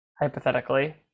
hypothetically